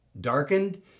darkened